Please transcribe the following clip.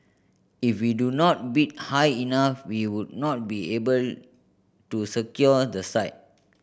if we do not bid high enough we would not be able to secure the site